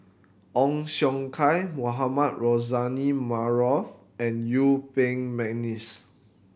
Ong Siong Kai Mohamed Rozani Maarof and Yuen Peng McNeice